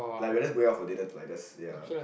like we're just going out for dinner tonight just ya